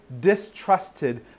distrusted